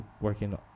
working